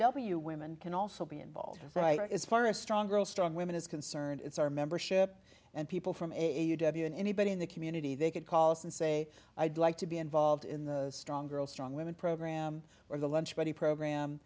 w women can also be involved right as far a strong girl strong women is concerned it's our membership and people from a w and anybody in the community they could call us and say i'd like to be involved in the strong girl strong women program where the lunch money program